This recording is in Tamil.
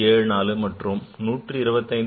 74 மற்றும் 125